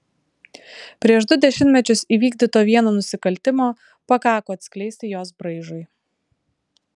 prieš du dešimtmečius įvykdyto vieno nusikaltimo pakako atskleisti jos braižui